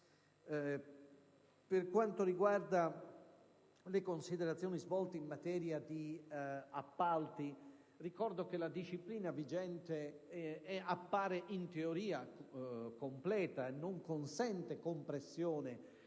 Per quanto riguarda le considerazioni svolte in materia di appalti, ricordo che la disciplina vigente appare, in teoria, completa e non consente compressione